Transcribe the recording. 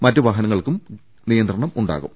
മറ്റ് വാഹനങ്ങൾക്കും നിയന്ത്രണം ഉണ്ടാകും